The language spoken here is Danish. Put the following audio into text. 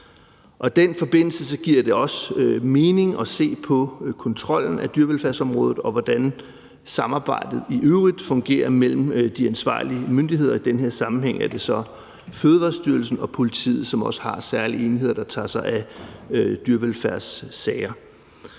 I den forbindelse giver det også mening at se på kontrollen af dyrevelfærdsområdet, og hvordan samarbejdet i øvrigt fungerer mellem de ansvarlige myndigheder. I den her sammenhæng er det så Fødevarestyrelsen og politiet, som også har særlige enheder, der tager sig af dyrevelfærdssager.